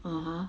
(uh huh)